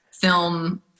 film